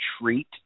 treat